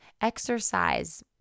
exercise